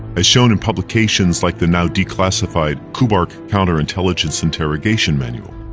as shown in publications like the now declassified kubark counterintelligence interrogation manual.